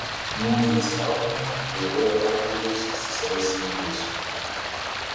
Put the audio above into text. nūn jie suaugę vairuoja traktorius su savais sūnumis